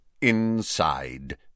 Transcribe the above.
Inside